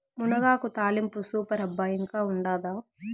మునగాకు తాలింపు సూపర్ అబ్బా ఇంకా ఉండాదా